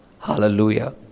Hallelujah